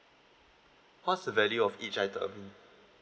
what's the value of each item